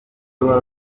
robert